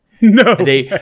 No